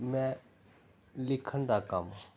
ਮੈਂ ਲਿਖਣ ਦਾ ਕੰਮ